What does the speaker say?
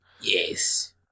Yes